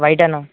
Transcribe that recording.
white అన్న